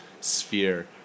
sphere